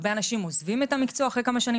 הרבה אנשים עוזבים את המקצוע אחרי כמה שנים.